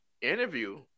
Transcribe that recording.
interview